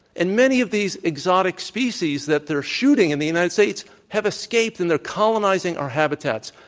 and many of these exotic species that they're shooting in the united states have escaped and they're colonizing our habitats.